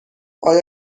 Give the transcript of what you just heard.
آیا